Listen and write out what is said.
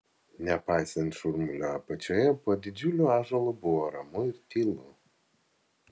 nepaisant šurmulio apačioje po didžiuliu ąžuolu buvo ramu ir tylu